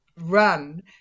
run